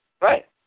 right